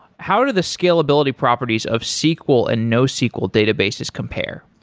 how do the scalability properties of sql and nosql databases compare?